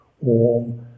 Warm